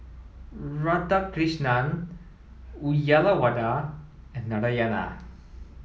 Radhakrishnan Uyyalawada and Narayana